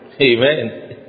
Amen